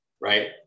right